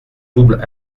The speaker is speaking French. double